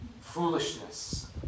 foolishness